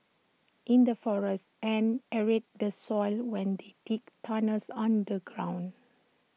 in the forests ants aerate the soil when they dig tunnels underground